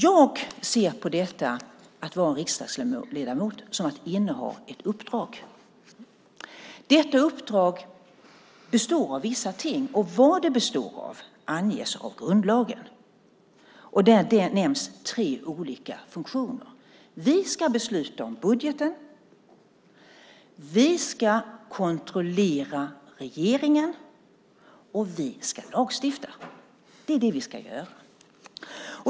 Jag ser på detta att vara riksdagsledamot som att inneha ett uppdrag. Detta uppdrag består av vissa ting, och vad det består av anges av grundlagen. Där nämns tre olika funktioner. Vi ska besluta om budgeten, vi ska kontrollera regeringen och vi ska lagstifta. Det är det vi ska göra.